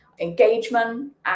engagement